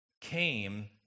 came